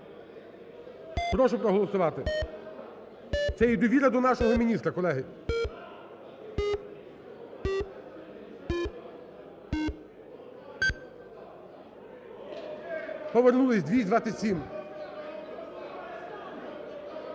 Прошу проголосувати. Це є довіра до нашого міністра, колеги. 13:47:37 За-227